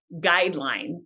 guideline